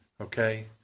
okay